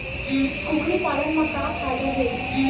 कुकरी पालन म का फ़ायदा हे?